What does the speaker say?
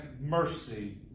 mercy